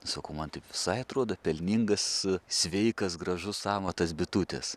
sakau man taip visai atrodo pelningas sveikas gražus amatas bitutės